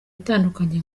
atandukanye